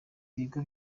ibigo